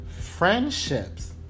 Friendships